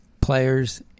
players